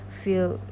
feel